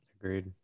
Agreed